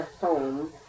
home